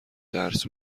درس